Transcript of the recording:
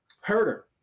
Herder